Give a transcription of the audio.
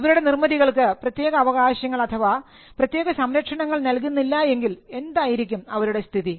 ഇവരുടെ നിർമ്മിതികൾക്ക് പ്രത്യേക അവകാശങ്ങൾ അഥവാ പ്രത്യേക സംരക്ഷണങ്ങൾ നൽകുന്നില്ല എങ്കിൽ എന്തായിരിക്കും അവരുടെ സ്ഥിതി